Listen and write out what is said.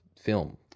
film